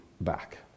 back